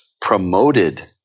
promoted